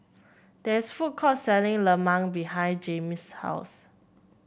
there is food court selling lemang behind Jaime's house